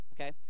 okay